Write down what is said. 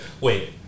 Wait